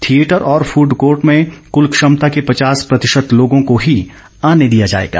theatre और food court में कुल क्षमता के पचास प्रतिशत लोगों को ही आने दिया जाएगा